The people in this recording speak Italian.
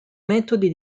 metodi